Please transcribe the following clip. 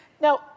Now